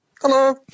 Hello